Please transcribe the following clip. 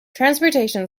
transportation